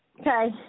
okay